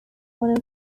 one